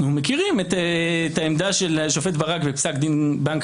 אנחנו מכרים את העמדה של השופט ברק בפסק דין בנק